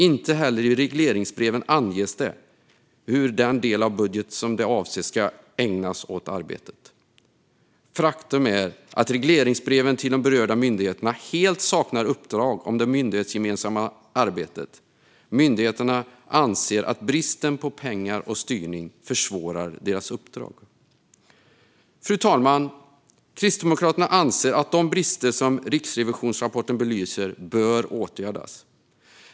Inte heller i regleringsbreven anges det hur den del av budget som avses ska ägnas åt arbetet. Faktum är att regleringsbreven till de berörda myndigheterna helt saknar uppdrag om det myndighetsgemensamma arbetet. Myndigheterna anser att bristen på pengar och styrning försvårar deras uppdrag. Fru talman! Kristdemokraterna anser att de brister som riksrevisionsrapporten belyser bör åtgärdas.